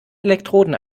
elektroden